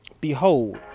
behold